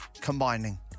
combining